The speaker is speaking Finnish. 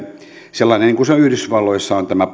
sellainen kuin se yhdysvalloissa on tämä